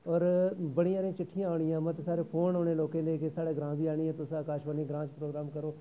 होर बड़ी हारी चिट्ठियां औनियां मते सारे फोन आने लोकें दे के स्हाड़े ग्रांऽ बी आनिए तुस आकाशवाणी ग्रांऽ च प्रोग्राम करो